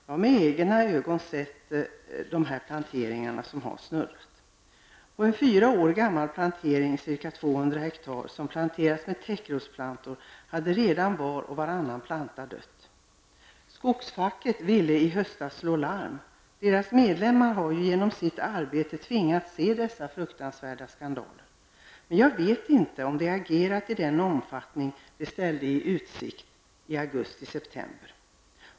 Jag har med egna ögon sett de planteringar som har På t.ex. en fyra år gammal plantering, ca 200 ha, som hade planterats med täckrotsplantor hade redan var och varannan planta dött. Skogsfacket ville i höstas slå larm. Medlemmarna har ju genom sitt arbete tvingats se dessa fruktansvärda skandaler. Men jag vet inte om man har agerat i den omfattning man ställde i utsikt i augusti-- september.